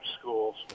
schools